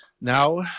Now